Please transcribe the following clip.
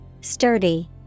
Sturdy